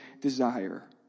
desire